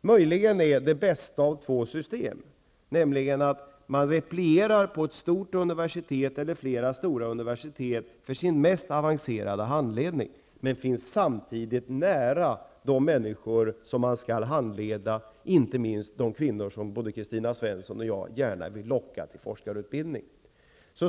möjligen är det bästa av två system, nämligen att man replierar på ett stort eller flera stora universitet för sin mest avancerade handledning, samtidigt som man finns nära de människor som skall handledas, inte minst de kvinnor som både Kristina Svensson och jag gärna vill locka till forskarutbildning. Herr talman!